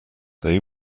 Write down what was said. they